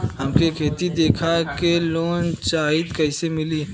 हमके खेत देखा के लोन चाहीत कईसे मिली?